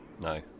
no